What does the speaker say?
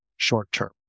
short-term